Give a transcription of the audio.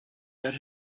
that